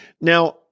Now